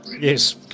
Yes